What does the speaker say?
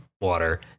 water